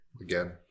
again